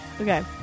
Okay